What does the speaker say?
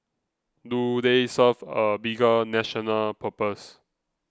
do they serve a bigger national purpose